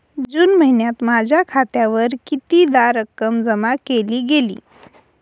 जून महिन्यात माझ्या खात्यावर कितीदा रक्कम जमा केली गेली?